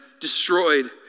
destroyed